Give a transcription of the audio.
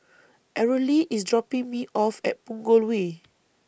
Arely IS dropping Me off At Punggol Way